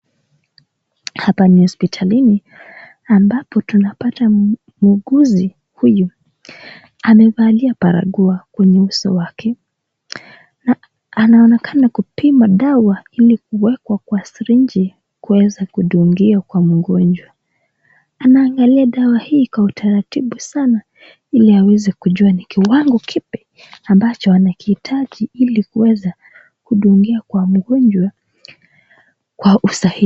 Hapa ni hospitalini, ambapo tunapata mwuguzi huyu amevalia barakoa kwenye uso wake na anaonekana kupima dawa ili kuwekwa kwa sirinji kuweza kudungia kwa mgonjwa. Anaangalia dawa hii kwa utaratibu sana ili aweze kujua ni kiwango kipi ambacho anakihitaji ili kuweza kudungia kwa mgonjwa kwa usahihi.